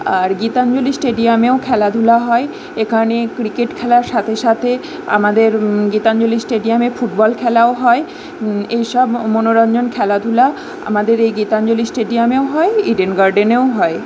আর গীতাঞ্জলি স্টেডিয়ামেও খেলাধূলা হয় এখানে ক্রিকেট খেলার সাথে সাথে আমাদের গীতাঞ্জলি স্টেডিয়ামে ফুটবল খেলাও হয় এইসব মনোরঞ্জন খেলাধুলা আমাদের এই গীতাঞ্জলি স্টেডিয়ামেও হয় ইডেন গার্ডেনেও হয়